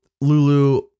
Lulu